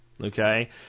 Okay